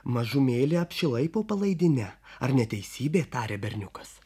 mažumėlę apšilai po palaidine ar ne teisybė tarė berniukas